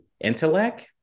intellect